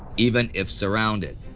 even if surrounded.